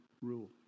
rule